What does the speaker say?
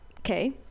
Okay